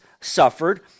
suffered